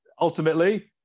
ultimately